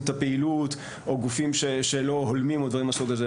את הפעילות או גופים שלא הולמים או דברים מהסוג הזה.